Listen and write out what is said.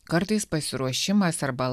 kartais pasiruošimas arba